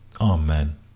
Amen